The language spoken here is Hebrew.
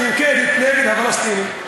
שננקטת נגד הפלסטינים,